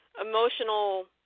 emotional